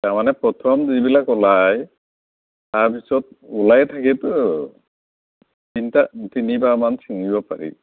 তাৰমানে প্ৰথম যিবিলাক ওলাই তাৰ পিছত ওলায়েই থাকেতো তিনিটা তিনি বাৰ মান ছিঙিব পাৰি